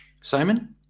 Simon